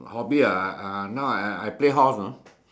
hobby ah now I I play horse ah